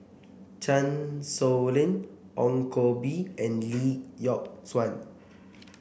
Chan Sow Lin Ong Koh Bee and Lee Yock Suan